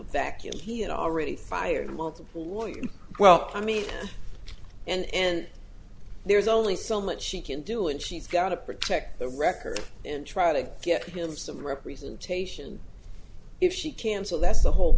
vacuum he had already fired won't fool you well i mean and there's only so much she can do and she's got to protect the record and try to get him some representation if she can so that's the whole